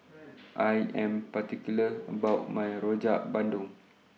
I Am particular about My Rojak Bandung